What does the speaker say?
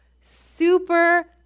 Super